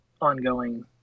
ongoing